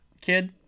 kid